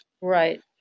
Right